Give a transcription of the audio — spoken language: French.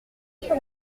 sûr